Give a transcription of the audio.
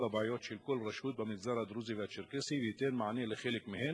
הבעיות של כל רשות במגזר הדרוזי והצ'רקסי וייתן מענה לחלק מהן,